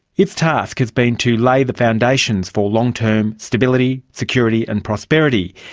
its task has been to lay the foundations for long-term stability, security and prosperity.